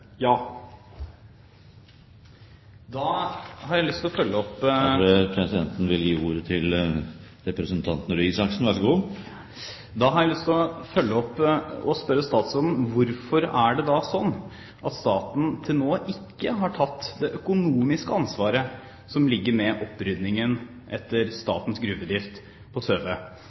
Ja. Da har jeg lyst til å følge opp, og jeg spør statsråden: Hvorfor er det da sånn at staten til nå ikke har tatt det økonomiske ansvaret for oppryddingen etter statens gruvedrift på Søve?